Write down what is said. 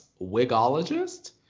wigologist